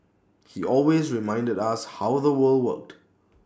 he always reminded us how the world worked